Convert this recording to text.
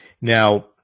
Now